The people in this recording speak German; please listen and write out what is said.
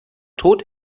tot